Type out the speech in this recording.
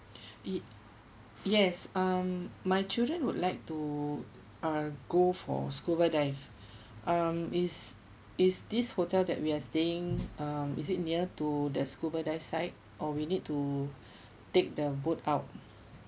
yes um my children would like to uh go for scuba dive um is is this hotel that we are staying um is it near to the scuba dive site or we need to take the boat out